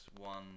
one